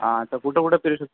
हा तर कुठे कुठे फिरू शक